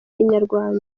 inyarwanda